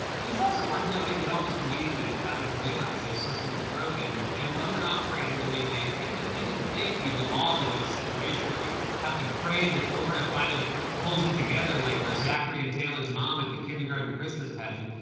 and it's also worth noting that, almost immediately, the founders realized our system was broken and wasn't operating the way they intended. they didn't think we'd devolve into a situation where we have to pray that florida finally pulls it together, like we're zachary and taylor's mom at the kindergarten christmas pageant.